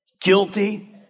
guilty